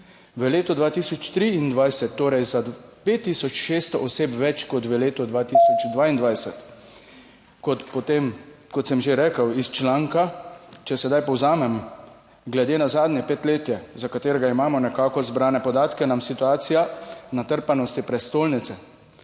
V letu 2023 torej za 5 tisoč 600 oseb več kot v letu 2022. Kot sem že rekel iz članka, če sedaj povzamem, glede na zadnje petletje, za katerega imamo nekako zbrane podatke, se nam situacija natrpanosti prestolnice